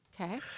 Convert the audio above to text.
Okay